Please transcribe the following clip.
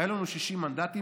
היו לנו 60 מנדטים,